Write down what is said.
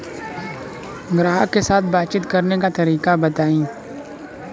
ग्राहक के साथ बातचीत करने का तरीका बताई?